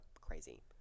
crazy